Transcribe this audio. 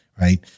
right